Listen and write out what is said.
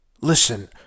Listen